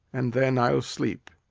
and then i'll sleep.